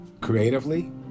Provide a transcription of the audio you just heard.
creatively